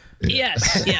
yes